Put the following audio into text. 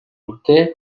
urte